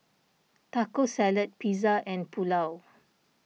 Taco Salad Pizza and Pulao